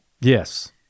Yes